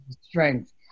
strength